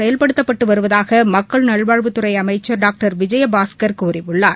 செயல்படுத்தப்பட்டு வருவதாக மக்கள் நல்வாழ்வுத் துறை அமைச்சர் டாக்டர் விஜயபாஸ்கர் கூறியுள்ளார்